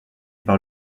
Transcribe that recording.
par